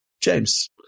james